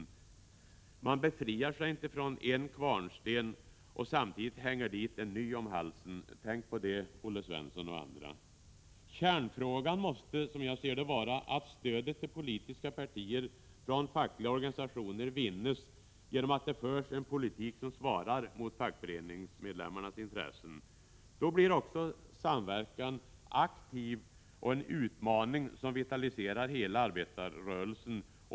Om man befriar sig från en kvarnsten, bör man inte hänga dit en ny om halsen. Tänk på det, Olle Svensson och andra. Kärnfrågan måste vara att stödet till politiska partier från fackliga organisationer vinns genom att det förs en politik, som svarar mot fackför Prot. 1986/87:46 eningsmedlemmarnas intressen. Då blir också samverkan aktiv och en 10 december 1986 utmaning som vitaliserar hela arbetarrörelsen.